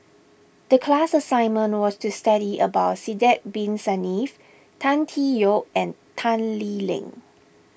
the class assignment was to study about Sidek Bin Saniff Tan Tee Yoke and Tan Lee Leng